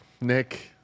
Nick